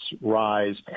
rise